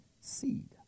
seed